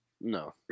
No